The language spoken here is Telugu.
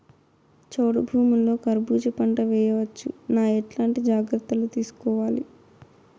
చౌడు భూముల్లో కర్బూజ పంట వేయవచ్చు నా? ఎట్లాంటి జాగ్రత్తలు తీసుకోవాలి?